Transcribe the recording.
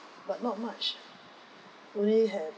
but not much only can